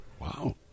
Wow